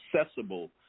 accessible